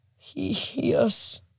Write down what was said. yes